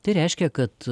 tai reiškia kad